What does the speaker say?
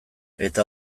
eta